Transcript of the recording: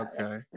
Okay